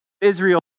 Israel